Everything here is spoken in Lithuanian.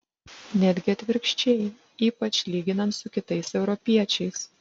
netgi atvirkščiai ypač lyginant su kitais europiečiais